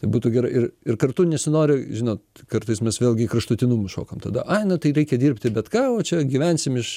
tai būtų gera ir ir kartu nesinori žinot kartais mes vėlgi į kraštutinumus šokam tada ai nu tai reikia dirbti bet ką o čia gyvensim iš